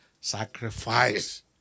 Sacrifice